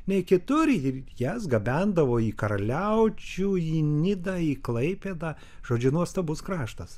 nei kitur ir jas gabendavo į karaliaučių į nidą į klaipėdą žodžiu nuostabus kraštas